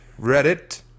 Reddit